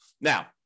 Now